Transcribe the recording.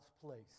place